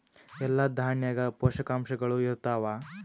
ಎಲ್ಲಾ ದಾಣ್ಯಾಗ ಪೋಷಕಾಂಶಗಳು ಇರತ್ತಾವ?